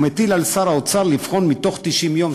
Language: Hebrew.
הוא מטיל על שר האוצר לבחון בתוך 90 יום,